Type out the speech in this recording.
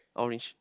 orange